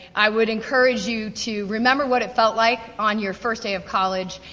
i would encourage you to remember what it felt like, on your first day of college.